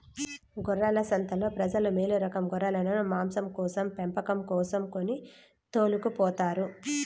గొర్రెల సంతలో ప్రజలు మేలురకం గొర్రెలను మాంసం కోసం పెంపకం కోసం కొని తోలుకుపోతారు